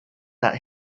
that